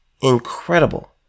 incredible